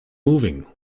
moving